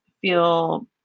feel